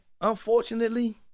unfortunately